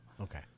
okay